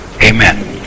Amen